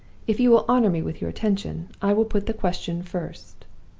if you will honor me with your attention, i will put the question first.